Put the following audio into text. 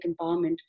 empowerment